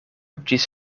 ĝis